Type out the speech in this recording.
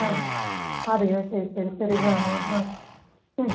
ആ അതെയോ ആ ശരി ശരി ശരി ആ ആ ആ ഉം